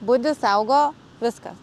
budi saugo viska